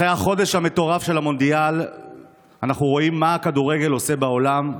אחרי החודש המטורף של המונדיאל אנחנו רואים מה הכדורגל עושה בעולם,